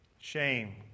Shame